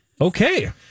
Okay